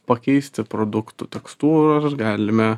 pakeisti produktų tekstūras galime